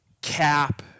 cap